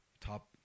top